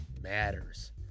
matters